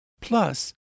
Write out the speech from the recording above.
plus